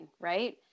right